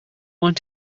want